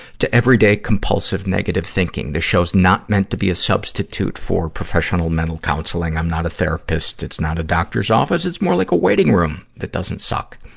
to everyday compulsive negative thinking. this show's not meant to be a substitute for professional mental counseling. i'm not a therapist, it's not a doctor's office. it's more like a waiting room that doesn't suck.